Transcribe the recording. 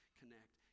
connect